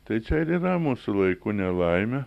tai čia ir yra mūsų laikų nelaimė